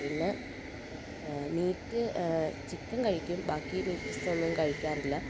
പിന്നെ meat chicken കഴിക്കും ബാക്കി മീറ്റ്സൊന്നും കഴിക്കാറില്ല